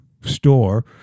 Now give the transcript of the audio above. store